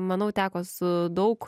manau teko su daug